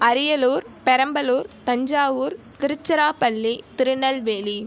Ariyalur Perambalur Thanjavur Tiruchirappalli Tirunelveli